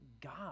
God